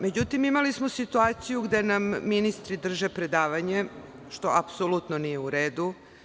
Međutim, imali smo situaciju gde nam ministri drže predavanje, što apsolutno nije u redu.